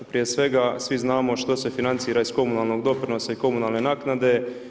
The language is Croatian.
Prije svega svi znamo što se financira iz komunalnog doprinosa i komunalne naknade.